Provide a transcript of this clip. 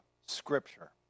Scripture